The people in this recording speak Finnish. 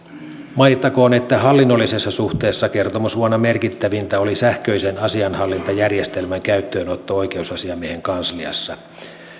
mainittakoon että hallinnollisessa suhteessa kertomusvuonna merkittävintä oli sähköisen asianhallintajärjestelmän käyttöönotto oikeusasiamiehen kansliassa